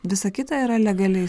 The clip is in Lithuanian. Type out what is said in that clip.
visa kita yra legaliai